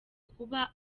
kuba